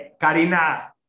Karina